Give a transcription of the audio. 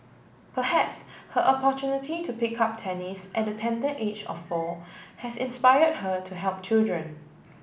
perhaps her opportunity to pick up tennis at the tender age of four has inspired her to help children